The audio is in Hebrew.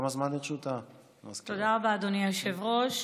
תודה רבה, אדוני היושב-ראש.